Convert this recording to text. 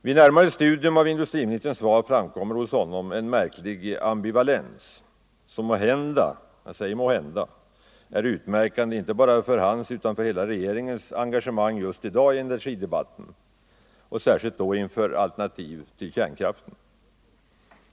Vid närmare studium av industriministerns svar finner man hos honom en märklig ambivalens, som måhända — jag säger måhända — är utmärkande inte bara för hans, utan för hela regeringens engagemang just i dagarna i energidebatten, och särskilt i frågan om alternativ till kärn Nr 138 kraften.